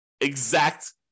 exact